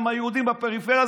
גם ליהודים בפריפריה,